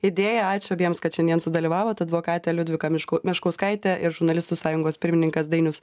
idėją ačiū abiems kad šiandien sudalyvavot advokatė liudvika mišk meškauskaitė ir žurnalistų sąjungos pirmininkas dainius